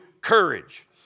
courage